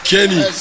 Kenny